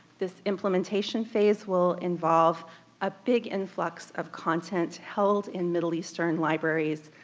this implementation phase will involve a big influx of content held in middle eastern libraries,